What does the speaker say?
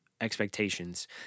expectations